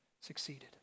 succeeded